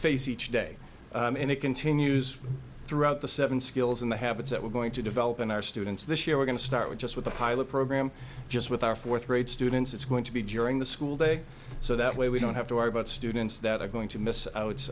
face each day and it continues throughout the seven skills and the habits that we're going to develop in our students this year we're going to start with just with the pilot program just with our fourth grade students it's going to be during the school day so that way we don't have to worry about students that are going to miss